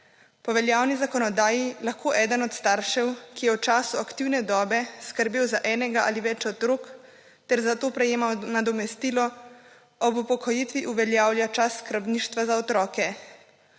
Po veljavni zakonodaji lahko eden od staršev, ki je v času aktivne dobe skrbel za enega ali več otrok ter za to prejemal nadomestilo ob upokojitvi uveljavlja čas skrbništva za otroke.